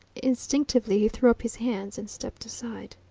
instinctively he threw up his hands and stepped aside.